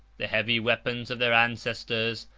the heavy weapons of their ancestors,